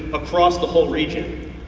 across the whole region.